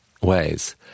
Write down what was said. ways